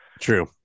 True